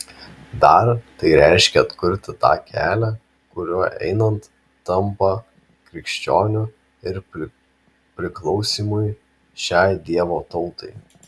dar tai reiškia atkurti tą kelią kuriuo einant tampa krikščioniu ir priklausymui šiai dievo tautai